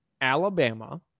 Alabama